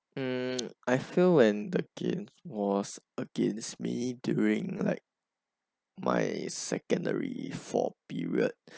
mm I feel when the game was against me during like my secondary four period